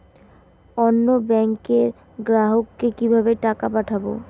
অন্য ব্যাংকের গ্রাহককে কিভাবে টাকা পাঠাবো?